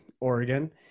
Oregon